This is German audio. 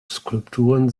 skulpturen